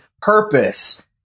purpose